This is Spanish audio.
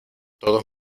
todos